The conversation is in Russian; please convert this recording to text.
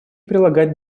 прилагать